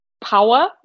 power